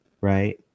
Right